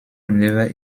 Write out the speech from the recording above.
never